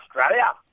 Australia